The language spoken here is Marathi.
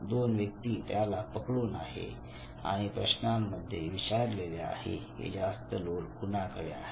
दोन व्यक्ती त्याला पकडून आहे आणि प्रश्नामध्ये विचारलेले आहे की जास्त लोड कुणाकडे आहे